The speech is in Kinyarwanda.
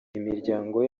imiryango